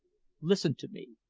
listen to me,